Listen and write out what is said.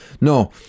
no